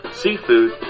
seafood